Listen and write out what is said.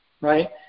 right